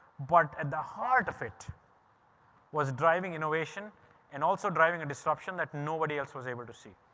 but at the heart of it was driving innovation and also driving a disruption that nobody else was able to see.